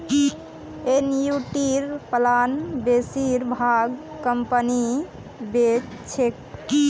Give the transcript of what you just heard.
एनयूटीर प्लान बेसिर भाग कंपनी बेच छेक